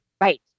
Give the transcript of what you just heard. Right